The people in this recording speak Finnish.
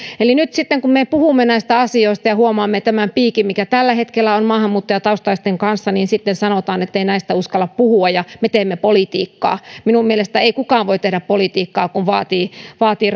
nyt sitten kun me puhumme näistä asioista ja huomaamme tämän piikin mikä tällä hetkellä on maahanmuuttajataustaisten kanssa niin sitten sanotaan että ei näistä uskalla puhua ja että me teemme politiikkaa minun mielestäni ei kukaan voi tehdä politiikkaa kun vaatii vaatii